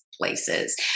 places